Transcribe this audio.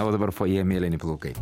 o dabar fojė mėlyni plaukai